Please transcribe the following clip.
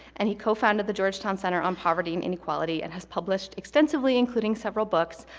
and he co founded the georgetown center on poverty and inequality, and has published extensively, including several books.